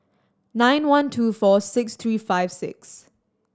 nine one two four six three five six